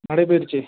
நடைப்பயிற்சி